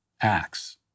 acts